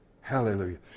Hallelujah